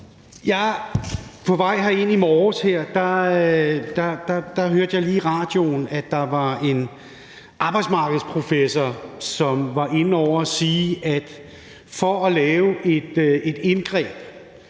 På vej herind i morges hørte jeg lige i radioen, at der var en arbejdsmarkedsprofessor, som var inde over, og som sagde, at for at lave et indgreb,